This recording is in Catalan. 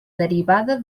derivada